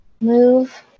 move